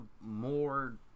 more